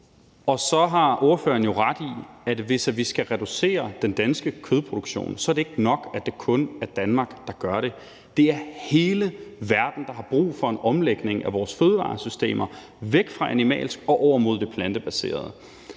påstår. Ordføreren har jo ret i, at hvis vi skal reducere den danske kødproduktion, er det ikke nok, at det kun er Danmark, der gør det. Det er hele verden, der har brug for en omlægning af sine fødevaresystemer, så vi kommer væk fra animalsk